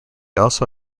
also